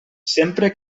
sempre